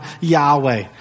Yahweh